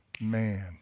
man